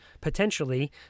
potentially